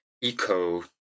eco